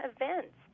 events